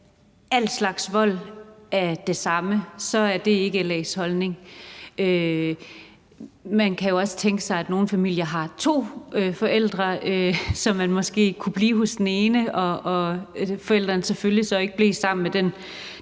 al slags vold er det samme, er det ikke LA's holdning. Man kan jo også tænke sig, at der i nogle familier er to forældre, så barnet måske kunne blive hos den ene, og at denne selvfølgelig ikke blev sammen med den